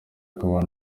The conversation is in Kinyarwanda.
akaba